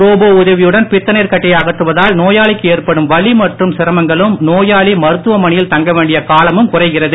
robot உதவியுடன் பித்தநீர்க் கட்டியை அகற்றுவதால் நோயாளிக்கு ஏற்படும் வலி மற்றும் சிரமங்களும் நோயாளி மருத்துவமனையில் தங்க வேண்டிய காலமும் குறைகிறது